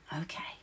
okay